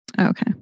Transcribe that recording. Okay